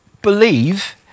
believe